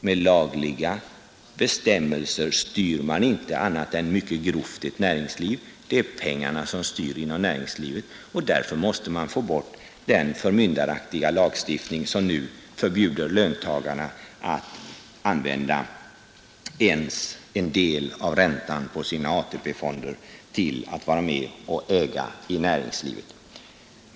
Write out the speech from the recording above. Med lagliga bestämmelser styr man inte annat än mycket grovt ett näringsliv — det är pengarna som styr inom näringslivet. Därför måste man få bort den förmyndaraktiga lagstiftning som nu förbjuder löntagarna att använda ens en del av räntan på sina AP-fonder till att vara med och äga i näringslivet.